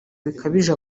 bikabije